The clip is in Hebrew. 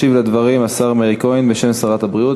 ישיב על הדברים השר מאיר כהן בשם שרת הבריאות.